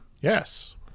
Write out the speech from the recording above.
Yes